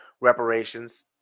reparations